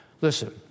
Listen